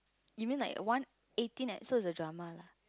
you mean like a one eighteen at so it's a drama lah